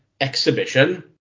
exhibition